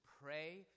pray